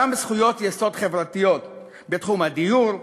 גם זכויות יסוד חברתיות בתחום הדיור,